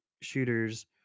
shooters